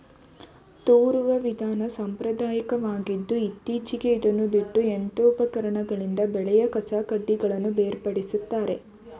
ತೂರುವ ವಿಧಾನ ಸಾಂಪ್ರದಾಯಕವಾಗಿದ್ದು ಇತ್ತೀಚೆಗೆ ಇದನ್ನು ಬಿಟ್ಟು ಯಂತ್ರೋಪಕರಣಗಳಿಂದ ಬೆಳೆಯ ಕಸಕಡ್ಡಿಗಳನ್ನು ಬೇರ್ಪಡಿಸುತ್ತಾರೆ